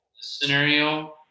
scenario